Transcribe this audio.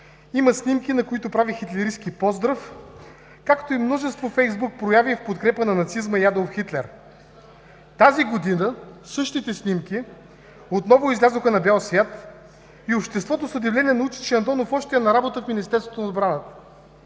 има снимки, на които прави хитлеристки поздрав, както и множество фейсбук прояви в подкрепа на нацизма и Адолф Хитлер. Тази година същите снимки отново излязоха на бял свят и обществото с удивление научи, че Антонов още е на работа в Министерството на отбраната.